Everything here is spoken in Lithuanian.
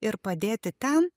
ir padėti ten